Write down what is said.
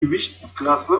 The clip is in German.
gewichtsklasse